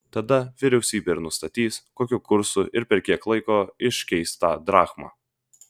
tada vyriausybė ir nustatys kokiu kursu ir per kiek laiko iškeis tą drachmą